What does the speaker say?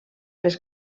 les